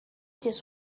just